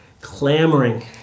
clamoring